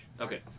Okay